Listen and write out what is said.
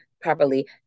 properly